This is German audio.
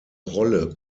rolle